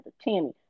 Tammy